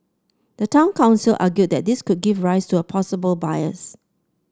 the town council argued that this could give rise to a possible bias